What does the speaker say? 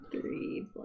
Three